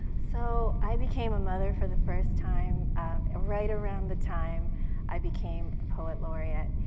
so i became a mother for the first time ah right around the time i became a poet laureate,